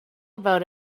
about